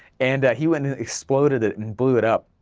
and he went and exploded it and blew it up,